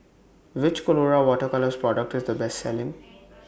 Which Colora Water Colours Product IS The Best Selling